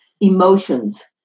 emotions